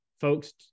Folks